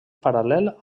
paral·lel